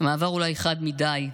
המעבר אולי חד מדי,